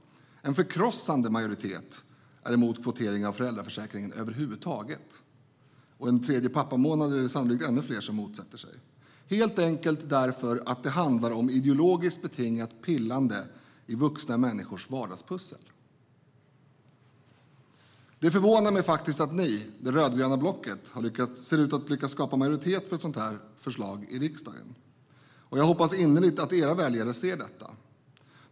En förkrossande majoritet är emot kvotering av föräldraförsäkringen över huvud taget. En tredje pappamånad är det sannolikt ännu fler som motsätter sig, helt enkelt eftersom det handlar om ideologiskt betingat pillande i vuxna människors vardagspussel. Det förvånar mig att det rödgröna blocket ser ut att ha lyckats skapa majoritet för ett sådant förslag i riksdagen. Jag hoppas innerligt att deras väljare ser detta.